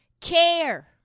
care